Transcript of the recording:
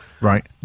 Right